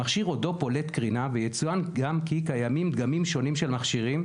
המכשיר עודו פולט קרינה ויצוין גם כי קיימים דגמים שונים של מכשירים,